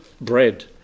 bread